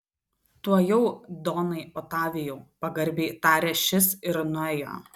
tuojau donai otavijau pagarbiai tarė šis ir nuėjo